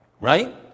Right